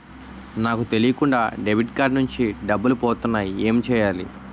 నాకు తెలియకుండా debit card నుంచి డబ్బులు పోతున్నాయి ఎం చెయ్యాలి?